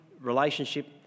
relationship